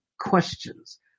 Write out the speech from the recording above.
questions